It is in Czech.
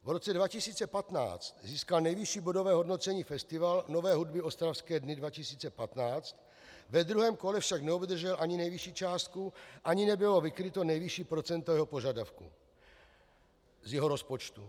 V roce 2015 získal nejvyšší bodové hodnocení festival nové hudby Ostravské dny 2015, ve druhém kole však neobdržel ani nejvyšší částku, ani nebylo vykryto nejvyšší procento jeho požadavků z jeho rozpočtu.